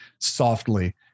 softly